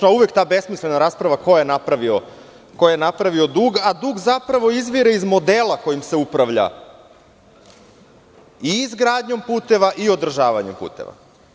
Uvek počne ta besmislena rasprava ko je napravio dug, a dug zapravo izvire iz modela kojim se upravlja i izgradnjom i održavanjem puteva.